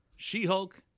She-Hulk